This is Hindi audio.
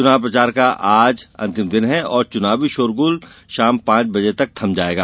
चुनाव प्रचार का आज अंतिम दिन है और चुनावी शोरगुल शाम पांच बजे तक थम जायेगा